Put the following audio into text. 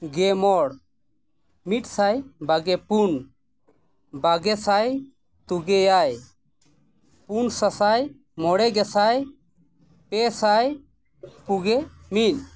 ᱜᱮ ᱢᱚᱬ ᱢᱤᱫ ᱥᱟᱭ ᱵᱟᱜᱮ ᱯᱩᱱ ᱵᱟᱜᱮ ᱥᱟᱭ ᱛᱩᱜᱮ ᱟᱨ ᱯᱩᱱ ᱥᱟᱥᱟᱭ ᱢᱚᱬᱮ ᱜᱮᱥᱟᱭ ᱯᱮ ᱥᱟᱭ ᱯᱩᱜᱮ ᱢᱤᱫ